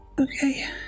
Okay